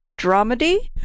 dramedy